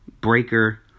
Breaker